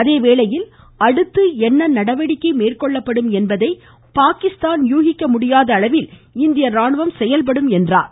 அதேவேளையில் அடுத்து என்ன நடவடிக்கை மேற்கொள்ளப்படும் என்பதை பாகிஸ்தான் யூகிக்க முடியாத அளவில் இந்திய ராணுவம் செயல்படும் என்றார்